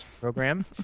program